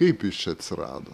kaip jis čia atsirado